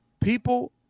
People